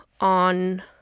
on